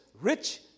rich